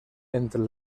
entre